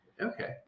Okay